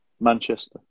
manchester